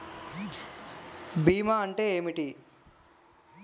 బీమా అంటే ఏమిటి?